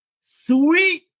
Sweet